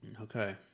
Okay